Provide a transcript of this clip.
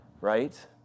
Right